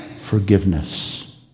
forgiveness